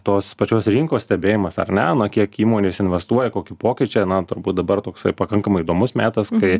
tos pačios rinkos stebėjimas ar ne na kiek įmonės investuoja koki pokyčiai na turbūt dabar toksai pakankamai įdomus metas kai